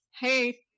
hey